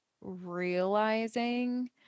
realizing